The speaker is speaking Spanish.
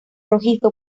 rojizo